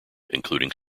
including